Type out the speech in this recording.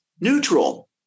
neutral